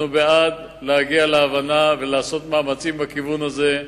אנחנו בעד להגיע להבנה ולעשות מאמצים בכיוון הזה.